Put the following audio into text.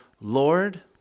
Lord